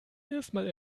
erstmal